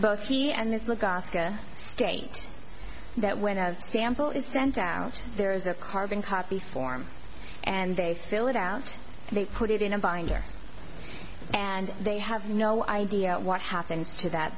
both he and this look aska state that when a sample is spent down there is a carbon copy form and they fill it out they put it in a binder and they have no idea what happens to that